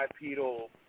bipedal